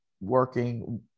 working